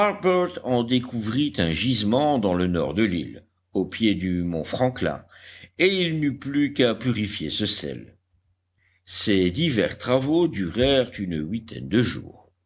en découvrit un gisement dans le nord de l'île au pied du mont franklin et il n'y eut plus qu'à purifier ce sel ces divers travaux durèrent une huitaine de jours